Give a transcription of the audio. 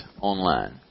online